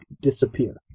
disappear